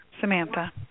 Samantha